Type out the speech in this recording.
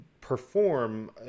perform